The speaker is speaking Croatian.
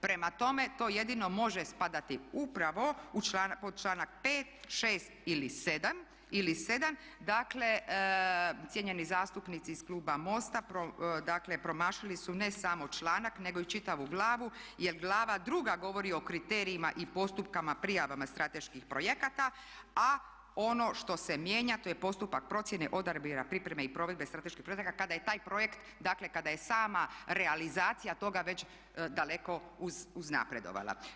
Prema tome, to jedino može spadati upravo pod članak 5., 6. ili 7. Dakle, cijenjeni zastupnici iz kluba MOST-a dakle promašili su ne samo članak nego i čitavu glavu jer Glava 2. govori o kriterijima i postupcima prijavama strateških projekata a ono što se mijenja to je postupak procjene odabira, pripreme i provedbe strateških projekata kada je taj projekt, dakle kada je sama realizacija toga već daleko uznapredovala.